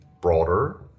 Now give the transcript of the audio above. broader